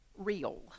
real